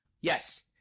Yes